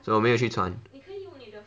我没有去穿